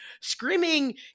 screaming